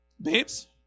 Babes